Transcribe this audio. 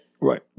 right